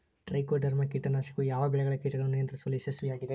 Trichoderma ಕೇಟನಾಶಕವು ಯಾವ ಬೆಳೆಗಳ ಕೇಟಗಳನ್ನು ನಿಯಂತ್ರಿಸುವಲ್ಲಿ ಯಶಸ್ವಿಯಾಗಿದೆ?